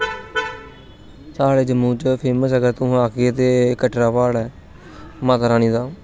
प्हाडे़ं च जम्मू च फेमस अगर अस आखगे के कटरा प्हाड़ ऐ माता रानी दा